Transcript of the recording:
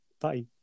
Bye